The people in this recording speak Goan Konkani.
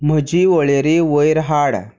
म्हजी वळेरी वयर हाड